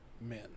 men